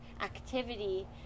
activity